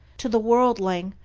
to the worldling,